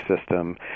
system